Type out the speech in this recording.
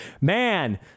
man